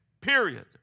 period